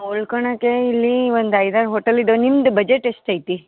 ಉಳ್ಕೊಳೋಕೆ ಇಲ್ಲಿ ಒಂದು ಐದಾರು ಹೋಟೆಲ್ ಇದಾವ್ ನಿಮ್ದು ಬಜೆಟ್ ಎಷ್ಟೈತಿ